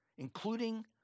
including